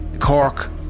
Cork